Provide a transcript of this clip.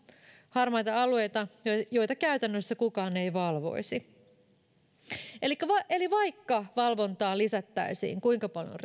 harmaita alueita joita käytännössä kukaan ei valvoisi eli vaikka valvontaa lisättäisiin resursseja kuinka paljon